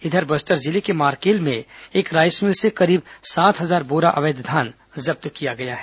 इधर बस्तर जिले के मारकेल में एक राईस मिल से करीब सात हजार बोरा अवैध धान जब्त किया गया है